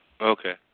Okay